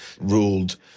ruled